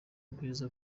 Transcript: bwiza